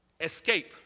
Escape